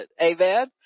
amen